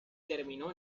terminó